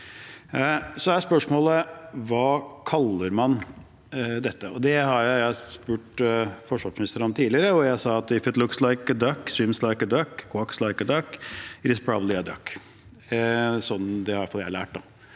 Så er spørsmålet: Hva kaller man dette? Det har jeg spurt forsvarsministeren om tidligere. Jeg sa at «if it looks like a duck, swims like a duck, quacks like a duck, it probably is a duck» – det har i hvert fall